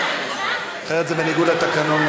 אחרת זה בניגוד לתקנון,